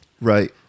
Right